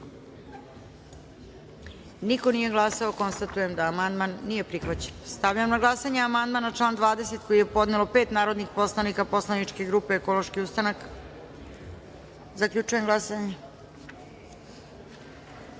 Niko nije glasao. Konstatujem da amandman nije prihvaćen. Stavljam na glasanje amandman na član 9. koji je podnelo osam narodnih poslanika Poslaničke grupe Demokratska stranka - DS.Zaključujem glasanje: